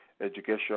education